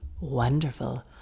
wonderful